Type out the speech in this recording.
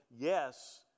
yes